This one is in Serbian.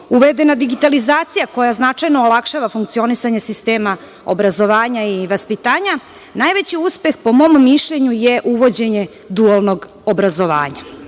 uvedena digitalizacija, koja značajno olakšava funkcionisanje sistema obrazovanja i vaspitanja, najveći uspeh, po mom mišljenju je uvođenje dualnog obrazovanja. Dve